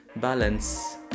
balance